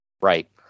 Right